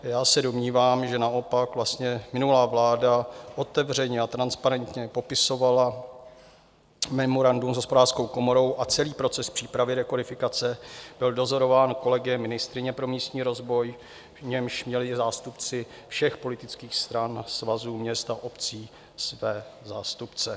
Já se domnívám, že naopak vlastně minulá vláda otevřeně a transparentně popisovala memorandum s Hospodářskou komorou a celý proces přípravy rekodifikace byl dozorován kolegiem ministryně pro místní rozvoj, v němž měli zástupci všech politických stran, svazů měst a obcí své zástupce.